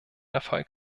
erfolg